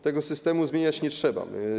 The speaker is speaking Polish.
Tego systemu zmieniać nie trzeba.